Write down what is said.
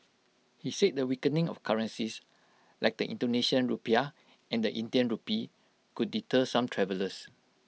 he said the weakening of currencies like the Indonesian Rupiah and Indian Rupee could deter some travellers